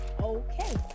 okay